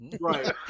right